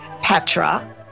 Petra